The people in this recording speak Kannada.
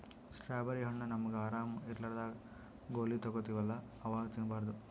ಸ್ಟ್ರಾಬೆರ್ರಿ ಹಣ್ಣ್ ನಮ್ಗ್ ಆರಾಮ್ ಇರ್ಲಾರ್ದಾಗ್ ಗೋಲಿ ತಗೋತಿವಲ್ಲಾ ಅವಾಗ್ ತಿನ್ಬಾರ್ದು